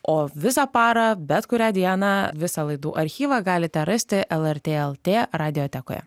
o visą parą bet kurią dieną visą laidų archyvą galite rasti lrt lt radiotekoje